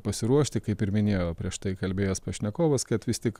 pasiruošti kaip ir minėjo prieš tai kalbėjęs pašnekovas kad vis tik